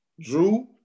Drew